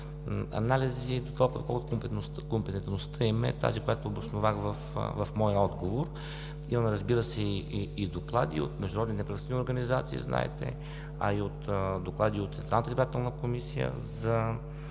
анализи дотолкова, доколкото компетентността им е тази, която обосновах в моя отговор. Имаме, разбира се, и доклади от международни неправителствени организации, знаете, а и доклади от Централната избирателна комисия за